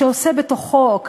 ועושה בתוכו,